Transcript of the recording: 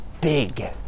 big